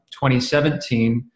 2017